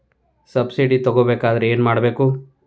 Subsidy ತಗೊಬೇಕಾದರೆ ಏನು ಮಾಡಬೇಕು?